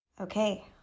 okay